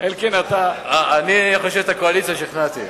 אלקין, אני חושב שאת הקואליציה שכנעתי.